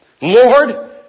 Lord